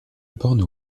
borne